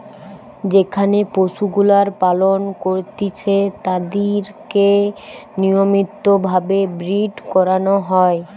যেখানে পশুগুলার পালন করতিছে তাদিরকে নিয়মিত ভাবে ব্রীড করানো হয়